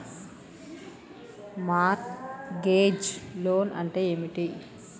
Mart gauge loan అంటే ఏమిటి?